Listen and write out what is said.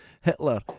Hitler